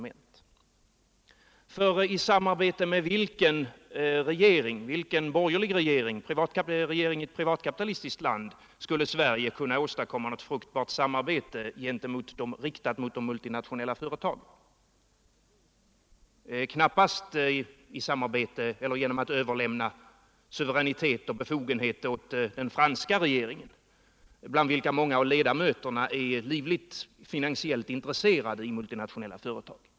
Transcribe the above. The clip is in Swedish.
Med vilken borgerlig regering, med vilken regering i ett privatkapitalistiskt land skulle Sverige kunna åstadkomma ett fruktbart samarbete riktat mot de multinationella företagen? Knappast genom att överlämna suveränitet och befogenheter till den franska rege ringen, i vilken många av ledamöterna är livligt finansiellt intresserade i multinationella företag.